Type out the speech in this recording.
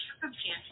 circumstances